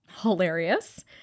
Hilarious